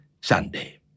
Sunday